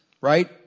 right